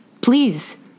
Please